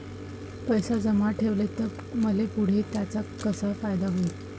पैसे जमा ठेवले त मले पुढं त्याचा कसा फायदा होईन?